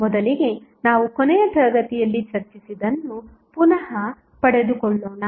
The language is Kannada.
ಮೊದಲಿಗೆ ನಾವು ಕೊನೆಯ ತರಗತಿಯಲ್ಲಿ ಚರ್ಚಿಸಿದ್ದನ್ನು ಪುನಃ ಪಡೆದುಕೊಳ್ಳೋಣ